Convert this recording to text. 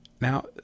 Now